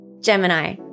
Gemini